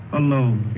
alone